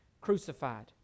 crucified